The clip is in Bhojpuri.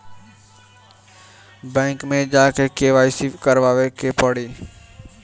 बैक मे जा के के.वाइ.सी करबाबे के पड़ी?